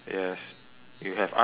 you have armrest